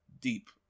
deep